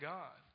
God